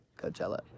coachella